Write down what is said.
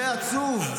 זה עצוב.